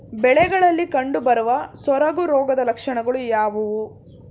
ಬೆಳೆಗಳಲ್ಲಿ ಕಂಡುಬರುವ ಸೊರಗು ರೋಗದ ಲಕ್ಷಣಗಳು ಯಾವುವು?